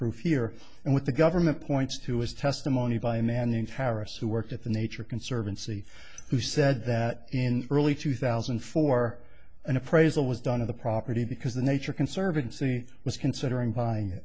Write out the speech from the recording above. proof here and what the government points to his testimony by manning tyrus who worked at the nature conservancy who said that in early two thousand and four an appraisal was done of the property because the nature conservancy was considering